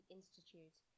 Institute